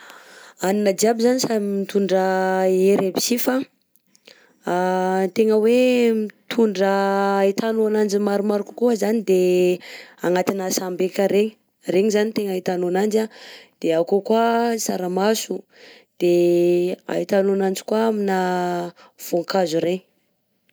Hanina jiaby zany samy mitondra hery aby sy fa tegna hoe mitondra ahitanao ananjy maromaro kokoa zany de agnatina sambeka regny regny zany tegna ahitanao ananjy de akao koà a tsaramaso, de ahitanao ananjy koà amina vaonkazo regny.